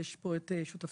יש פה את שותפתי,